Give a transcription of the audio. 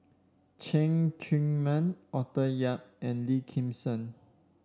Cheng Tsang Man Arthur Yap and Lim Kim San